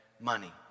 money